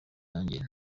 yanjye